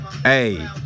Hey